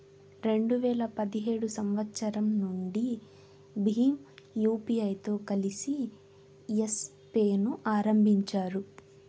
రెండు వేల పదిహేడు సంవచ్చరం నుండి భీమ్ యూపీఐతో కలిసి యెస్ పే ను ఆరంభించారు